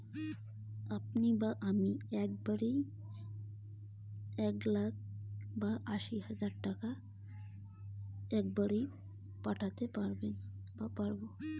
একবারে কত টাকা মুই পাঠের পাম?